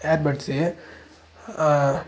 earbuds